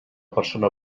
persona